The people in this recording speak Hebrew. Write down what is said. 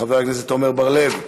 חבר הכנסת עמר בר-לב,